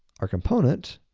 our component.